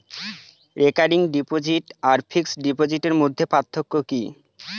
Recurring deposit আর fixed ডিপোজিটের মধ্যে পার্থক্য কি?